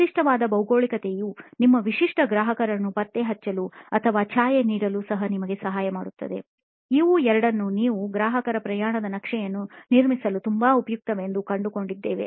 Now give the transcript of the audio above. ನಿರ್ದಿಷ್ಟವಾದ ಭೌಗೋಳಿಕತೆಯು ನಿಮ್ಮ ವಿಶಿಷ್ಟ ಗ್ರಾಹಕರನ್ನು ಪತ್ತೆಹಚ್ಚಲು ಅಥವಾ ಛಾಯೆ ನೀಡಲು ಸಹ ನಿಮಗೆ ಸಹಾಯ ಮಾಡುತ್ತದೆ ಇವು ಎರಡನ್ನು ನಾನು ಗ್ರಾಹಕರ ಪ್ರಯಾಣದ ನಕ್ಷೆಯನ್ನು ನಿರ್ಮಿಸಲು ತುಂಬಾ ಉಪಯುಕ್ತವೆಂದು ಕಂಡುಕೊಂಡಿದ್ದೇನೆ